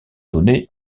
donnés